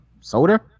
soda